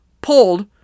pulled